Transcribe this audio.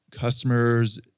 customers